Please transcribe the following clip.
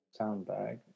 soundbag